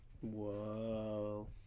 whoa